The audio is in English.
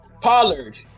Pollard